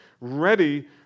ready